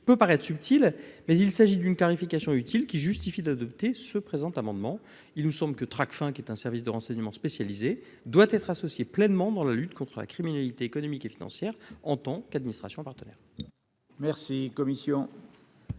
peut paraître subtile, mais il s'agit d'une clarification utile, qui justifie d'adopter le présent amendement. Il nous semble que Tracfin, qui est un service de renseignement spécialisé, doit être associé pleinement à la lutte contre la criminalité économique et financière en tant qu'administration partenaire. Quel est